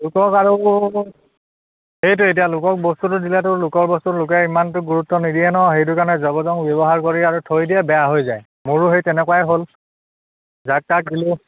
লোকক আৰু সেইটো এতিয়া লোকক বস্তুটো দিলেতো লোকৰ বস্তু লোকে ইমানটো গুৰুত্ব নিদিয়ে ন সেইটো কাৰণে জবৰ জং ব্যৱহাৰ কৰি আৰু থৈ দিয়ে বেয়া হৈ যায় মোৰো সেই তেনেকুৱাই হ'ল যাক তাক দিলোঁ